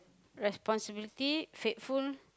responsibilities faithful